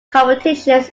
competitions